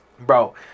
bro